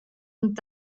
und